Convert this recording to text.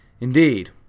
Indeed